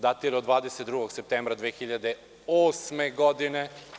Datira od 22. septembra 2008. godine.